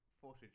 footage